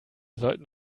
sollten